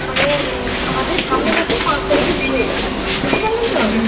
মানে আমাদের সামনে মাসে পাঁচ তারিখে বিয়ে বুঝতে পারলেন তো